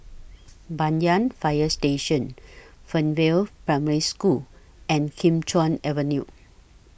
Banyan Fire Station Fernvale Primary School and Kim Chuan Avenue